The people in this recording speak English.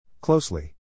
Closely